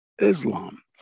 Islam